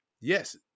yes